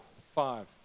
five